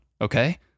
okay